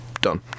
Done